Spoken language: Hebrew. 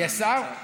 יש שר.